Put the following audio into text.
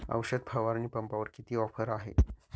औषध फवारणी पंपावर किती ऑफर आहे?